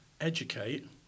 educate